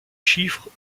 chiffres